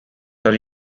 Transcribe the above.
are